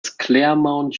claremont